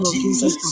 Jesus